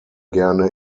gerne